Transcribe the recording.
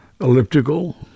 elliptical